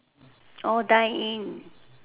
orh dine in